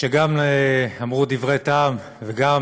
שגם אמרו דברי טעם וגם